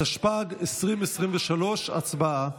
התשפ"ג 2023, הצבעה.